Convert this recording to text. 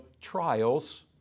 trials